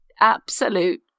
absolute